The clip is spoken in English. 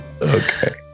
okay